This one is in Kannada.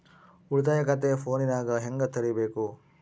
ಉಳಿತಾಯ ಖಾತೆ ಫೋನಿನಾಗ ಹೆಂಗ ತೆರಿಬೇಕು?